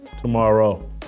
Tomorrow